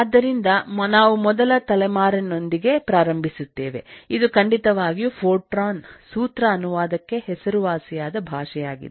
ಆದ್ದರಿಂದ ನಾವು ಮೊದಲ ತಲೆಮಾರಿನೊಂದಿಗೆ ಪ್ರಾರಂಭಿಸುತ್ತೇವೆ ಇದು ಖಂಡಿತವಾಗಿಯೂ ಫೋರ್ಟ್ರಾನ್ ಸೂತ್ರ ಅನುವಾದಕ್ಕೆ ಹೆಸರು ವಾಸಿಯಾದ ಭಾಷೆಯಾಗಿದೆ